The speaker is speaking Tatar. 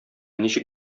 ничек